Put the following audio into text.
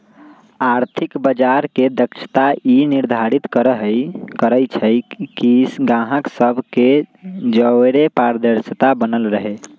आर्थिक बजार के दक्षता ई निर्धारित करइ छइ कि गाहक सभ के जओरे पारदर्शिता बनल रहे